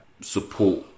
support